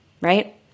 Right